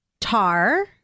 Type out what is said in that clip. Tar